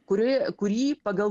kuri kurį pagal